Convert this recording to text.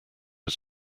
was